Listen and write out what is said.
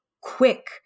quick